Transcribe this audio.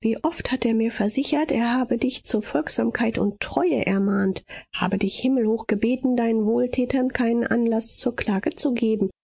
wie oft hat er mir versichert er habe dich zur folgsamkeit und treue ermahnt habe dich himmelhoch gebeten deinen wohltätern keinen anlaß zur klage zu geben